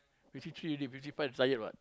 fifty three already fifty five retired what